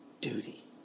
duty